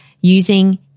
using